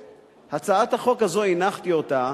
הצעת החוק הזו, הנחתי אותה